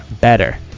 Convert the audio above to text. better